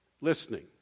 listening